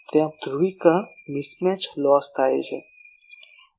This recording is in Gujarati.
ત્યાં ધ્રુવીકરણ મિસ મેચ લોસ છે